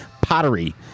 Pottery